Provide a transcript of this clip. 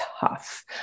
tough